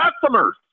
customers